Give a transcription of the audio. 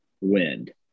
wind